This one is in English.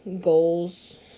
goals